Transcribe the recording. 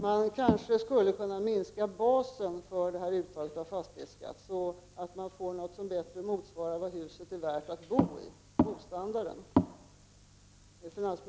Man skulle kanske kunna minska basen för uttaget av fastighetsskatt, så att man får något som bättre motsvarar vad huset är värt att bo i.